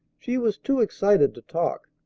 she was too excited to talk.